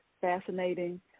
fascinating